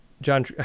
John